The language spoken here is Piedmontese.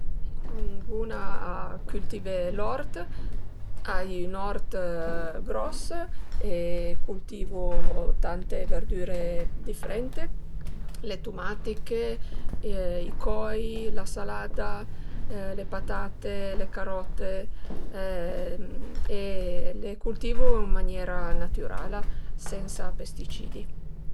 Mi sun bun-a a cültivé l'ort, ai ün ort gros e cultivu tante verdüre difrente, le tumatiche, i coi, la salada, le patate, le carote e le cultivu ën maniera natürala sensa pesticidi